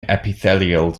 epithelial